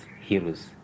heroes